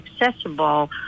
accessible